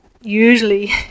Usually